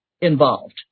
involved